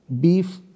beef